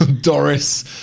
Doris